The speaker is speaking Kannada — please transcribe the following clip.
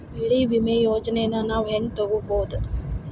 ಬೆಳಿ ವಿಮೆ ಯೋಜನೆನ ನಾವ್ ಹೆಂಗ್ ತೊಗೊಬೋದ್?